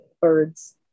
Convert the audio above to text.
birds